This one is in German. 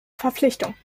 verpflichtung